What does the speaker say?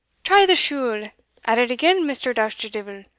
try the shule at it again, mr. dusterdeevil.